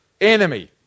enemy